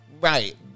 right